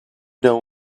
dont